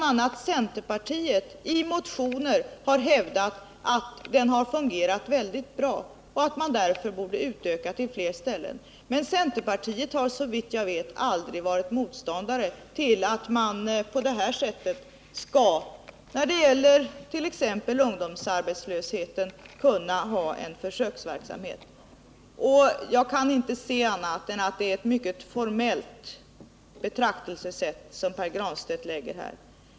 a. har centerpartiet i motioner hävdat, att den fungerat mycket väl och att den därför borde utökas till fler ställen. Men centerpartiet har såvitt jag vet alltid varit motståndare till en sådan försöksverksamhet när det gäller bl.a. ungdomsverksamheten. Jag kan inte se annat än att det är ett mycket formellt betraktelsesätt som Pär Granstedt anlägger i detta sammanhang.